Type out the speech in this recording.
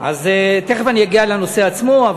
תכף אני אגיע לנושא עצמו,